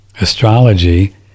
Astrology